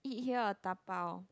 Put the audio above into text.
eat here or tapao